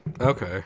Okay